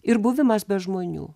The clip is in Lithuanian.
ir buvimas be žmonių